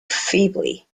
feebly